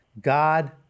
God